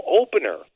opener